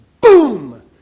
boom